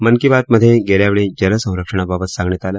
मन की बातमध्ये गेल्यावेळी जल संरक्षणाबाबत सांगण्यात आले